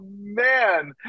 man